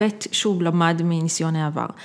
‫ב. שוב למד מנסיון העבר.